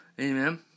Amen